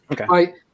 Okay